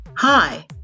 Hi